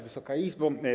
Wysoka Izbo!